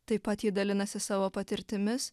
taip pat ji dalinasi savo patirtimis